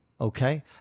Okay